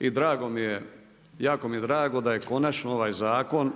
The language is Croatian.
jako mi je drago da je konačno ovaj zakon,